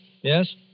Yes